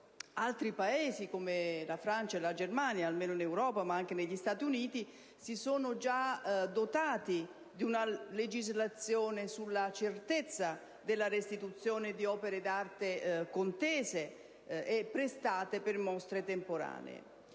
altri Paesi, come la Francia e la Germania, ma anche gli Stati Uniti, si sono già dotati di una legislazione sulla certezza della restituzione di opere d'arte contese e prestate per mostre temporanee.